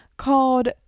called